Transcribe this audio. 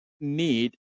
need